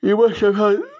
یمن